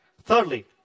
Thirdly